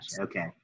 Okay